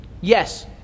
yes